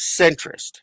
centrist